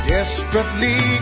Desperately